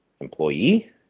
employee